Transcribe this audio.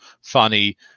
funny